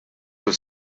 have